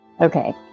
Okay